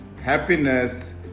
happiness